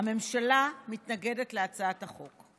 הממשלה מתנגדת להצעת החוק.